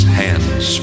hands